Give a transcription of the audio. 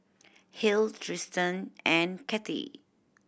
Hale Tristen and Cathie